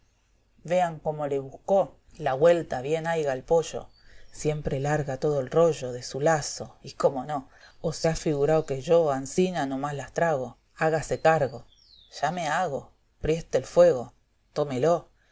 vean cómo le buscó la güelta bien aiga el pollo siempre larga todo el rollo de su lazo y cómo no o se ha f igurao que yo asina no más las trago hágase cargo ya me hago prieste el fuego